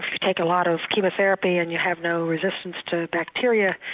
if you take a lot of chemotheraphy and you have no resistance to bacteria,